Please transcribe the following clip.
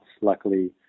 luckily